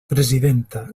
presidenta